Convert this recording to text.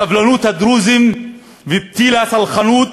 סבלנות הדרוזים ופתיל הסלחנות